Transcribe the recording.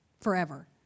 forever